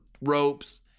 ropes